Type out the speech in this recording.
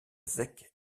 zec